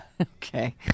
Okay